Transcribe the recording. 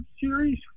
series